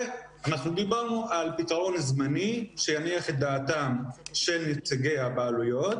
ואנחנו דיברנו על פתרון זמני שיניח את דעתם של נציגי הבעלויות,